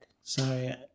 Sorry